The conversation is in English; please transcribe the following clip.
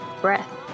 breath